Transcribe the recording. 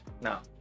Now